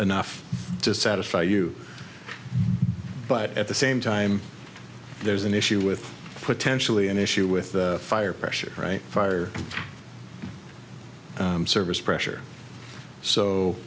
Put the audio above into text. enough to satisfy you but at the same time there's an issue with potentially an issue with fire pressure right fire service pressure so